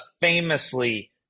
famously